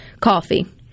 coffee